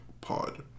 pod